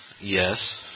Yes